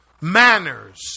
manners